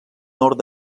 nord